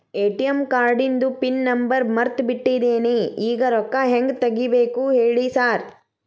ATM ಕಾರ್ಡಿಂದು PIN number ಮರ್ತ್ ಬಿಟ್ಟಿದೇನಿ ಈಗ ರೊಕ್ಕಾ ಹೆಂಗ್ ತೆಗೆಬೇಕು ಹೇಳ್ರಿ ಸಾರ್